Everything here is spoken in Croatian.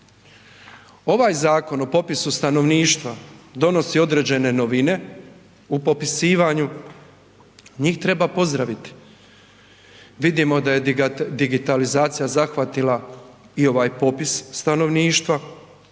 Ovaj zakon o popisu stanovništva donosi određene novine u popisivanju, njih treba pozdraviti. Vidimo da je digitalizacija zahvatila i ovaj popis stanovništva.